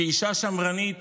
כאישה שמרנית